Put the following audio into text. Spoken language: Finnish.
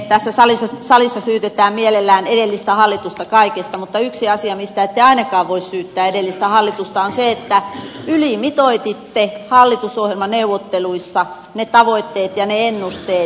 tässä salissa syytetään mielellään edellistä hallitusta kaikesta mutta yksi asia mistä ette ainakaan voi syyttää edellistä hallitusta on se että ylimitoititte hallitusohjelmaneuvotteluissa ne tavoitteet ja ne ennusteet